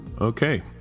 Okay